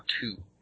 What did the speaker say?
two